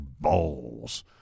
balls